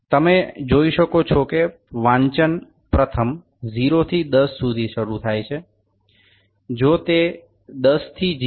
আপনি দেখতে পাচ্ছেন যে পাঠটি প্রথমে ০ থেকে শুরু হয়ে ১০ পর্যন্ত যায়